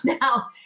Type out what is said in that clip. now